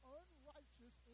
unrighteous